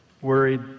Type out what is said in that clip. worried